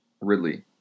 Ridley